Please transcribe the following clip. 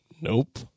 Nope